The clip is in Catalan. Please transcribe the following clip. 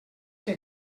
que